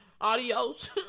Adios